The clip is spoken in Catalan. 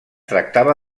tractava